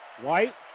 White